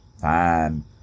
fine